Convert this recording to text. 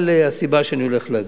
מהסיבה שאני הולך להגיד.